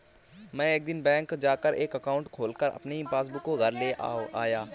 मै एक दिन बैंक जा कर एक एकाउंट खोलकर अपनी पासबुक को घर ले आया